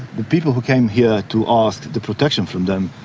the people who came here to ask the protection from them,